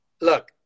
Look